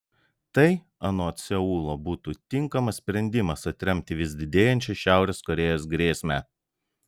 tai anot seulo būtų tinkamas sprendimas atremti vis didėjančią šiaurės korėjos grėsmę